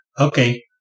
okay